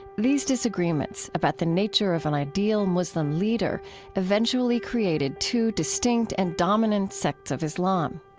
these disagreements about the nature of an ideal muslim leader eventually created two distinct and dominant sects of islam.